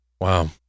Wow